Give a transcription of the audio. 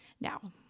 now